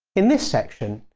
in this section,